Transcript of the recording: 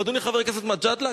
ואדוני חבר הכנסת מג'אדלה,